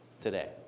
today